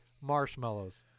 marshmallows